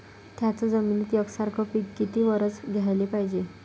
थ्याच जमिनीत यकसारखे पिकं किती वरसं घ्याले पायजे?